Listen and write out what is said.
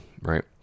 Right